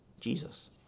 Jesus